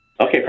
Okay